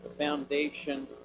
foundation